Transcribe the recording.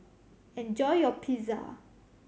enjoy your Pizza